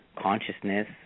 Consciousness